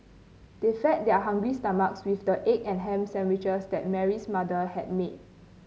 they fed their hungry stomachs with the egg and ham sandwiches that Mary's mother had made